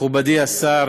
מכובדי השר,